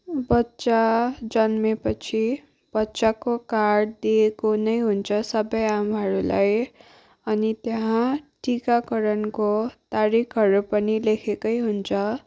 बच्चा जन्मिएपछि बच्चाको कार्ड दिएको नै हुन्छ सबै आमाहरूलाई अनि त्यहाँ टिकाकरणको तारिखहरू पनि लेखेकै हुन्छ